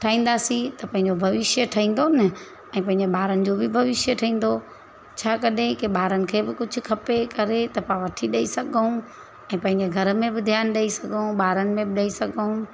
ठाईंदासीं त पंहिंजो भविष्य बि ठहिंदो न ऐं पंहिंजे ॿारनि जो बि भविष्य ठहिंदो छा कॾहिं की ॿारनि खे बि कुझु खपे करे त पाण उथी ॾेई सघूं ऐं पंहिंजे घर में बि ध्यानु ॾेई सघूं ॿारनि में बि ॾेई सघूं